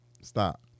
Stop